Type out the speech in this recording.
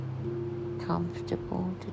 comfortable